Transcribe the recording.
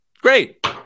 Great